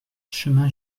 chemin